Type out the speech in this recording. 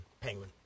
Penguin